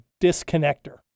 disconnector